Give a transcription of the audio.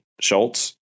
Schultz